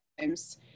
times